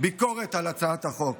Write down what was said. ביקורת על הצעת החוק,